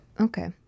Okay